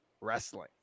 wrestling